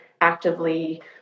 actively